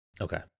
Okay